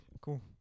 Cool